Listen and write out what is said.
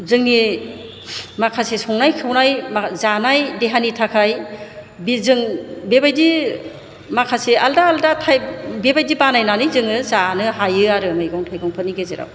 जोंनि माखासे संनाय खावनाय जानाय देहानि थाखाय बे जों बेबायदि माखासे आलादा आलादा टाइप बेबायदि बानायनानै जोङो जानो हायो आरो मैगं थायगंफोरनि गेजेराव